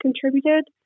contributed